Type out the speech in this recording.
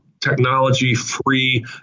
technology-free